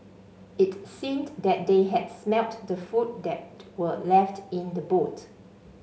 it seemed that they had smelt the food that were left in the boot